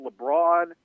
LeBron